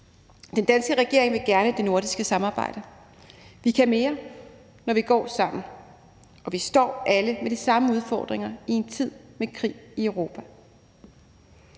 Den danske regering vil gerne det nordiske samarbejde. Vi kan mere, når vi går sammen, og vi står alle med de samme udfordringer i en tid med krig i Europa.